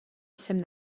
jsem